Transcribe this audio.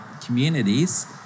communities